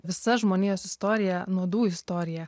visa žmonijos istorija nuodų istorija